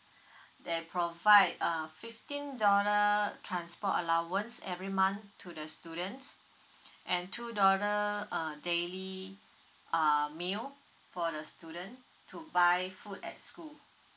they provide err fifteen dollar transport allowance every month to the students and two dollar err daily err meal for the student to buy food at school